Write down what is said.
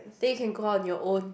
then you can go out on your own